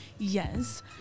Yes